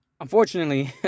unfortunately